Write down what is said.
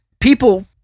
people